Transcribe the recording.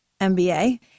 MBA